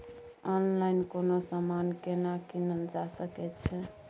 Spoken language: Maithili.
ऑनलाइन कोनो समान केना कीनल जा सकै छै?